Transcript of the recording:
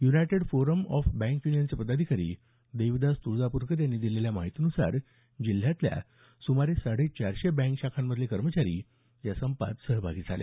United forum of bank युनियनचे पदाधिकारी देवीदास तुळजापूरकर यांनी दिलेल्या माहितीनुसार जिल्ह्यातल्या सुमारे साडेचारशे बँक शाखांमधले कर्मचारी या संपात सहभागी झाले